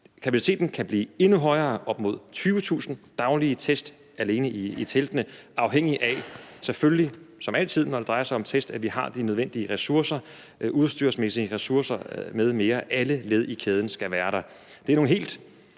Kapaciteten kan blive endnu højere, nemlig op mod 20.000 daglige test alene i teltene, selvfølgelig som altid, når det drejer sig om test, afhængigt af at vi har de nødvendige udstyresmæssige ressourcer m.m. – alle led i kæden skal være der. Det er nogle helt